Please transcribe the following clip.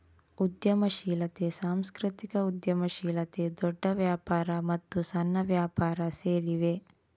ಉದ್ಯಮಶೀಲತೆ, ಸಾಂಸ್ಕೃತಿಕ ಉದ್ಯಮಶೀಲತೆ, ದೊಡ್ಡ ವ್ಯಾಪಾರ ಮತ್ತು ಸಣ್ಣ ವ್ಯಾಪಾರ ಸೇರಿವೆ